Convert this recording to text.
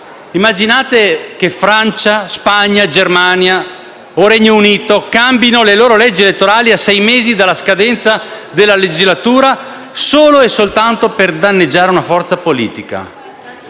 Immaginate che Francia, Spagna, Germania o Regno Unito cambino le loro leggi elettorali a sei mesi dalla scadenza della legislatura, solo e soltanto per danneggiare una forza politica.